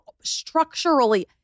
structurally